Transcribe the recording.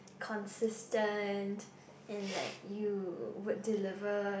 consistent and like you would deliver